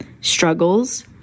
struggles